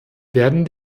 werden